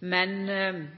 men